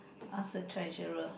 ask a treasurer